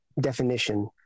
definition